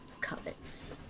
covets